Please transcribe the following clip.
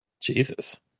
Jesus